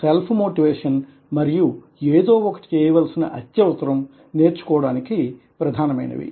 self motivation మరియు ఏదో ఒకటి చేయవలసిన అత్యవసరం నేర్చుకోవడానికి ప్రధానమైనవి